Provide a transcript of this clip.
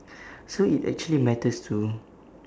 so it actually matters to